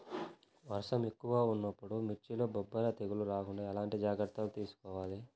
వర్షం ఎక్కువగా ఉన్నప్పుడు మిర్చిలో బొబ్బర తెగులు రాకుండా ఎలాంటి జాగ్రత్తలు తీసుకోవాలి?